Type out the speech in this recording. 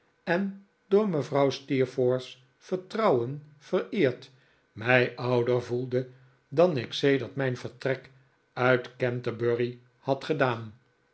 en door mevrouw steerforth s vertrouwen vereerd mij ouder voelde dan ik sedert mijn vertrek uit canterbury had gedaan